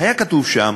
היה כתוב שם